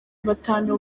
batanu